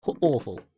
awful